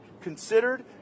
considered